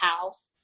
house